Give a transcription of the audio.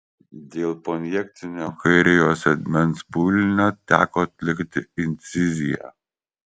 dėl poinjekcinio kairiojo sėdmens pūlinio teko atlikti inciziją